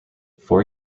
four